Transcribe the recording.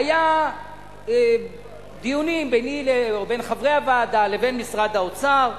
היו דיונים בין חברי הוועדה לבין משרד האוצר,